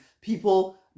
People